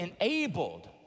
enabled